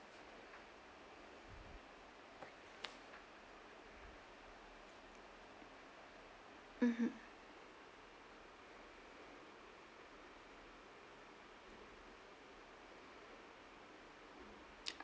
mmhmm